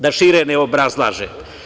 Da šire ne obrazlažem.